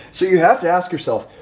so you have to ask yourself,